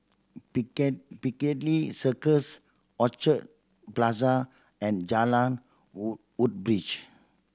Piccadilly Circus Orchard Plaza and Jalan Wood Woodbridge